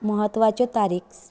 म्हत्वाच्यो तारीख